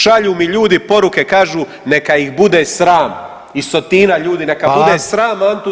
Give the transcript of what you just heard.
Šalju mi ljudi poruke kažu neka ih bude sram, iz Sotina ljudi, neka bude [[Upadica: Hvala.]] sram Antu Deura